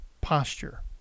posture